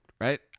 right